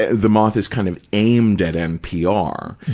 the moth is kind of aimed at npr,